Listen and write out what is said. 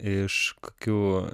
iš kokių